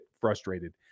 frustrated